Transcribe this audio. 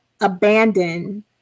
Abandon